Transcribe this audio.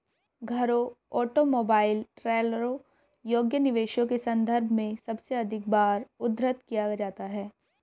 घरों, ऑटोमोबाइल, ट्रेलरों योग्य निवेशों के संदर्भ में सबसे अधिक बार उद्धृत किया जाता है